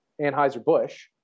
Anheuser-Busch